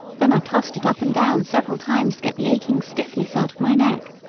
then i tossed it up and down several times to get the aching stiffness out of my neck.